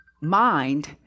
mind